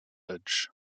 edge